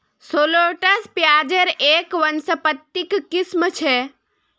shallots प्याज़ेर एक वानस्पतिक किस्म छ